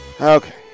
Okay